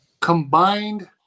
combined